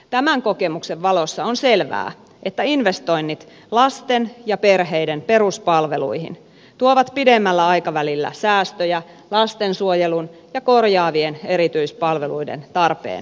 tämän kokemuksen valossa on selvää että investoinnit lasten ja perheiden peruspalveluihin tuovat pidemmällä aikavälillä säästöjä lastensuojelun ja korjaavien erityispalveluiden tarpeen vähentyessä